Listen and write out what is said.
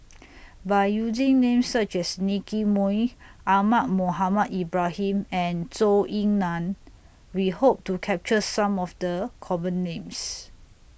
By using Names such as Nicky Moey Ahmad Mohamed Ibrahim and Zhou Ying NAN We Hope to capture Some of The Common Names